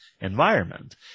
environment